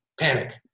Panic